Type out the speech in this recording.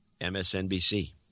MSNBC